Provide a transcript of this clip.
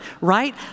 right